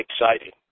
exciting